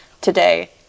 today